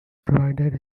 provided